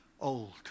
old